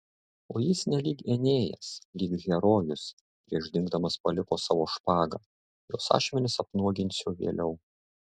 o jis nelyg enėjas lyg herojus prieš dingdamas paliko savo špagą jos ašmenis apnuoginsiu vėliau